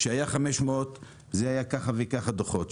כשהיה 500 היו ככה וככה דוחות,